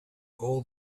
all